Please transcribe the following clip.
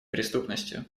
преступностью